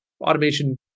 automation